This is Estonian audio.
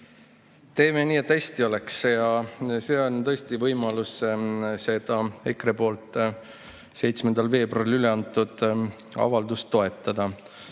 Teeme nii, et hästi oleks. See on tõesti võimalus seda EKRE 7. veebruaril üleantud avaldust toetada.Me